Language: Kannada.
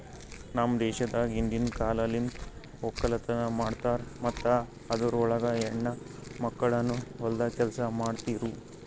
ನಮ್ ದೇಶದಾಗ್ ಹಿಂದಿನ್ ಕಾಲಲಿಂತ್ ಒಕ್ಕಲತನ ಮಾಡ್ತಾರ್ ಮತ್ತ ಅದುರ್ ಒಳಗ ಹೆಣ್ಣ ಮಕ್ಕಳನು ಹೊಲ್ದಾಗ್ ಕೆಲಸ ಮಾಡ್ತಿರೂ